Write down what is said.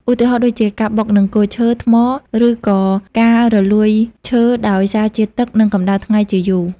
ឧទាហរណ៍ដូចជា ការបុកនឹងគល់ឈើ ថ្ម ឬក៏ការរលួយឈើដោយសារជាតិទឹក និងកម្ដៅថ្ងៃជាយូរ។